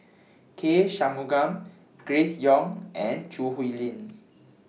K Shanmugam Grace Young and Choo Hwee Lim